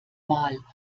mal